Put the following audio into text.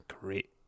great